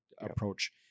approach